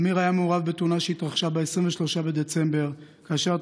אמיר היה מעורב בתאונה שהתרחשה ב-23 בנובמבר שבה